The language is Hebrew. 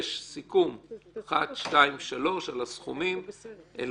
יש סיכום 1, 2, 3, על הסכומים אליכם,